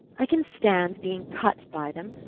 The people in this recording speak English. i can stand being cut by them,